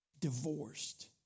Divorced